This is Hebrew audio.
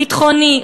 ביטחוני,